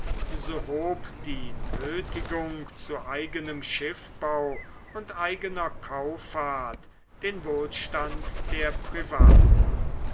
so hob die nötigung zu eigenem schiffbau und eigener kauffahrt den wohlstand der privaten